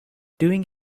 doing